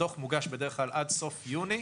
הדוח מוגש בדרך כלל עד סוף יוני.